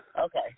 Okay